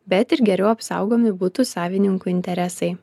bet ir geriau apsaugomi butų savininkų interesai